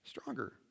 Stronger